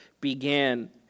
began